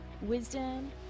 wisdom